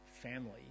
family